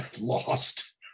lost